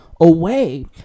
away